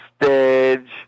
stage